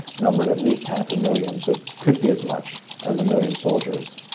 numbered at least half a million, but could be as much as a million soldiers.